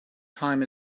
time